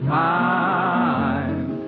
time